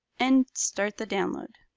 and start the download.